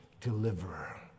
deliverer